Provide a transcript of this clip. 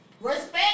Respect